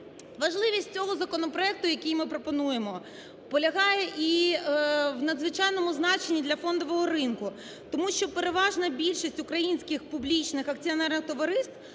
Важливість цього законопроекту, який ми пропонуємо, полягає і в надзвичайному значенні для фондового ринку. Тому що переважна більшість українських публічних акціонерних товариств